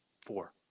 four